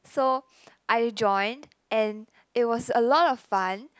so I joined and it was a lot of fun